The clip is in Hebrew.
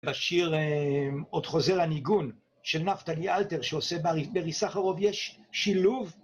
בשיר עוד חוזר הניגון של נפתלי אלטר שעושה ברי סחרוב יש שילוב